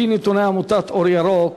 לפי נתוני עמותת "אור ירוק",